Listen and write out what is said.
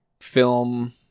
film